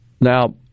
Now